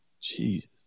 Jesus